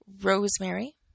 rosemary